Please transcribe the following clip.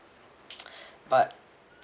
but